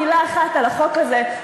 ואני אומר מילה אחת על החוק הזה,